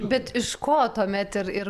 bet iš ko tuomet ir ir